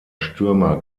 stürmer